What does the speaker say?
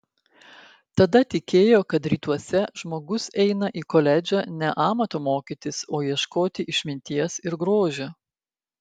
tada tikėjo kad rytuose žmogus eina į koledžą ne amato mokytis o ieškoti išminties ir grožio